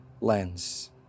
lens